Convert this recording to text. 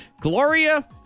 Gloria